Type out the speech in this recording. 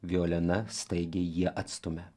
violena staigiai jį atstumia